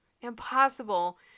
impossible